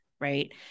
Right